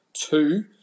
two